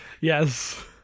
Yes